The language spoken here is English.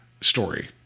story